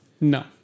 No